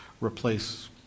replace